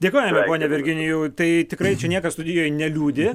dėkojame virginijui tai tikrai čia niekas studijoj neliūdi